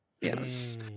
Yes